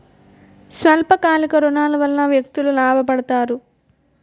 స్వల్ప కాలిక ఋణాల వల్ల వ్యక్తులు లాభ పడతారు